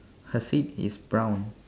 her seat is brown